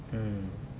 mm